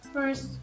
First